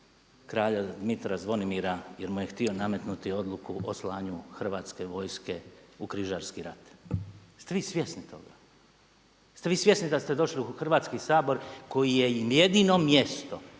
kralja Dmitra Zvonimira jer mu je htio nametnuti odluku o slanju hrvatske vojske u križarski rat. Jeste vi svjesni toga? Jeste vi svjesni da ste došli u Hrvatski sabor koji je jedino mjesto